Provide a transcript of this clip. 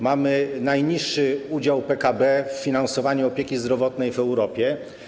Mamy najniższy udział PKB w finansowaniu opieki zdrowotnej w Europie.